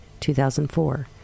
2004